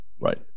Right